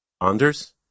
Anders